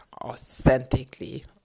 authentically